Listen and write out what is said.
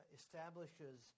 establishes